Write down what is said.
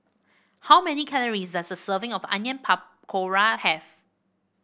how many calories does a serving of Onion Pakora have